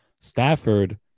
Stafford